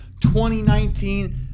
2019